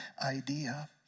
idea